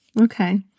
Okay